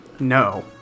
No